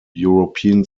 european